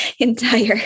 entire